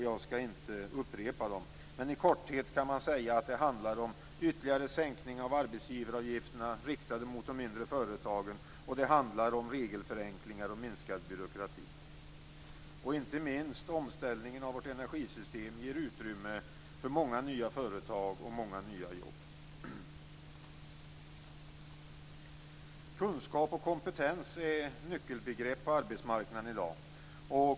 Jag skall inte upprepa dem men i korthet kan man säga att det handlar om ytterligare sänkningar av arbetsgivaravgifterna riktade till de mindre företagen och om regelförenklingar och minskad byråkrati. Inte minst omställningen av vårt energisystem ger utrymme för många nya företag och många nya jobb. Kunskap och kompetens är nyckelbegrepp på arbetsmarknaden i dag.